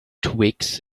twigs